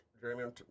Jeremy